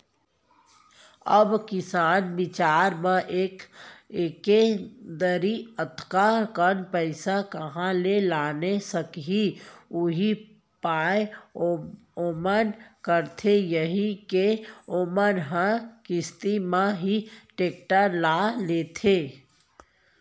अब किसान बिचार मन ह एके दरी अतका कन पइसा काँहा ले लाने सकही उहीं पाय ओमन करथे यही के ओमन ह किस्ती म ही टेक्टर ल लेथे